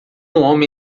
homem